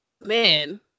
man